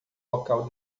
local